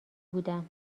بودم